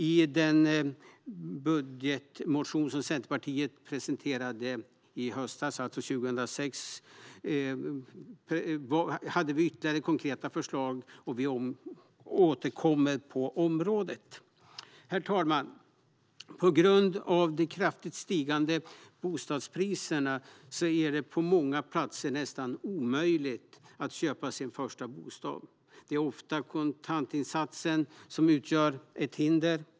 I den budgetmotion som Centerpartiet presenterade i höstas, alltså 2016, hade vi ytterligare konkreta förslag, och vi återkommer på området. Herr talman! På grund av de kraftigt stigande bostadspriserna är det på många platser nästan omöjligt att köpa sin första bostad. Det är ofta kontantinsatsen som utgör ett hinder.